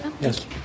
Yes